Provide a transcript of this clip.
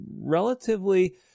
relatively